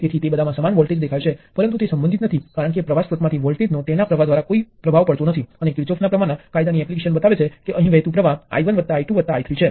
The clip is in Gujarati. તો ચાલો આપણે કહી શકીએ કે આની કેટલીક કિંમત V નથી અને આનું કેટલુક મૂલ્ય છે જે પૂરેપૂરું નથી